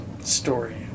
story